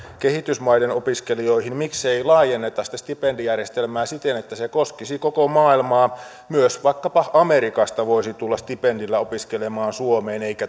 kehitysmaiden opiskelijoihin miksei laajenneta sitä stipendijärjestelmää siten että se koskisi koko maailmaa myös vaikkapa amerikasta voisi tulla stipendillä opiskelemaan suomeen eikä